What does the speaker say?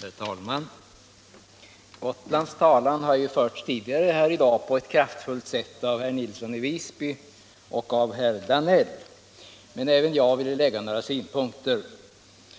Herr talman! Gotlands talan har tidigare i dag förts på ett kraftfullt sätt av herr Nilsson i Visby och herr Danell. Men även jag vill framföra några synpunkter